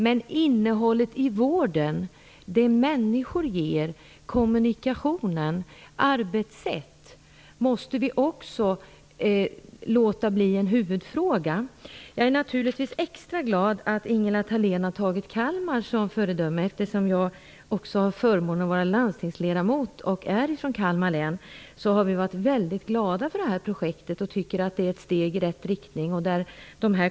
Men också innehållet i vården, det som människor ger, kommunikation och arbetssätt, måste vi låta bli en huvudfråga. Jag är naturligtvis extra glad att Ingela Thalén har tagit upp Kalmar som föredöme. Jag har förmånen att vara landstingsledamot i Kalmar län och jag är också därifrån. Vi har varit väldigt glada för det här projektet och tycker att det är ett steg i rätt riktning.